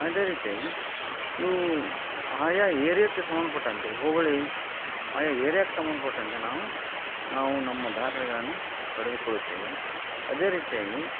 ಅದೇ ರೀತಿಯಾಗಿ ಇವು ಆಯಾ ಏರಿಯಾಕ್ಕೆ ಸಂಬಂಧಪಟ್ಟಂತೆ ಹೋಬಳಿ ಆಯಾ ಏರಿಯಾಕ್ಕೆ ಸಂಬಂಧಪಟ್ಟಂತೆ ನಾವು ನಾವು ನಮ್ಮ ದಾಖಲೆಗಳನ್ನು ಪಡೆದುಕೊಳ್ಳುತ್ತೇವೆ ಅದೇ ರೀತಿಯಾಗಿ